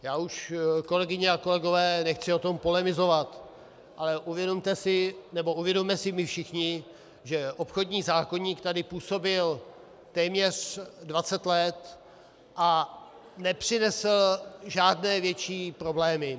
Já už, kolegyně a kolegové, nechci o tom polemizovat, ale uvědomte si, nebo uvědomme si my všichni, že obchodní zákoník tady působil téměř 20 let a nepřinesl žádné větší problémy.